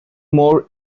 more